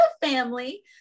family